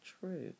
true